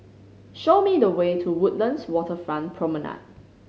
show me the way to Woodlands Waterfront Promenade